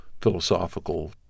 philosophical